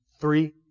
Three